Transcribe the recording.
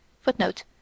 Footnote